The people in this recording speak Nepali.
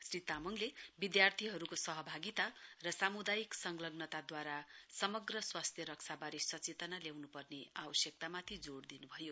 श्री तामाङले विद्यार्थीहरू सहभागिता र सामुदायिक सलग्नताद्वारा समग्र स्वास्थ्य रक्षाबारे सचेतना ल्याउनु पर्ने आवश्यकतामाथि जोड दिनु भयो